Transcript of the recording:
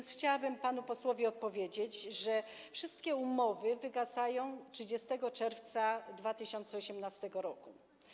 Chciałabym panu posłowi odpowiedzieć, że wszystkie umowy wygasają 30 czerwca 2018 r.